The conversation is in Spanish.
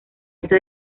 esta